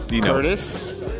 Curtis